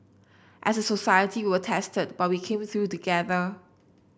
as a society we were tested but we came through together